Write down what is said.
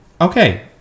okay